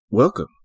Welcome